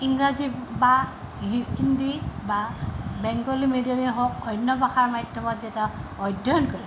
ইংৰাজী বা হিন্দী বা বেংগলী মিডিয়ামেই হওক অন্য ভাষাৰ মাধ্যমত যেতিয়া অধ্যয়ন কৰে